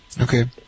Okay